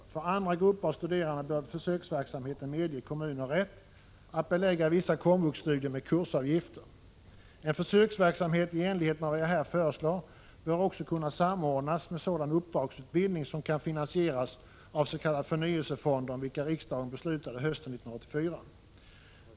För andra grupper av studerande bör försöksverksamheten medge kommuner rätt att belägga vissa komvuxstudier med kursavgifter. En försöksverksamhet i enlighet med vad jag här föreslår 59 Prot. 1985/86:132 bör också kunna samordnas med sådan uppdragsutbildning som kan finansieras av s.k. förnyelsefonder om vilka riksdagen beslutade hösten 1984.